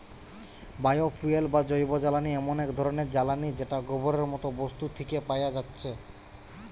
bio fuel বা জৈবজ্বালানি এমন এক ধরণের জ্বালানী যেটা গোবরের মতো বস্তু থিকে পায়া যাচ্ছে